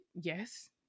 yes